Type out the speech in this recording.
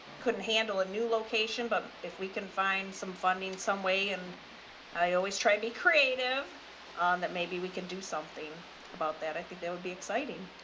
couldn't handle a new location, but if we can find some funding some way, and i always try and be creative on that, maybe we can do something about that. i think that would be exciting.